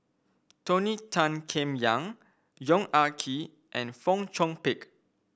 Tony Tan Keng Yam Yong Ah Kee and Fong Chong Pik